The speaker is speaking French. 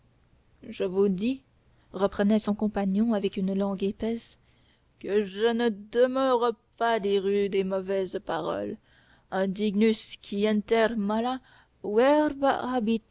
je vous dis reprenait son compagnon avec une langue épaisse que je ne demeure pas rue des mauvaises paroles indignus qui